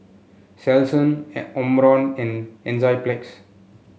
Selsun Omron and Enzyplex